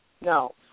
no